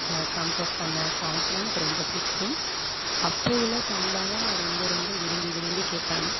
compose பண்ண சாங்ஸ்லாம் எனக்கு ரொம்ப பிடிக்கும் அப்போது உள்ளே சாங்க்லாம் தான் நான் ரொம்ப ரொம்ப விரும்பி விரும்பி கேட்பேன்